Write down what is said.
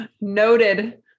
noted